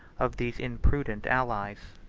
of these imprudent allies.